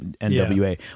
NWA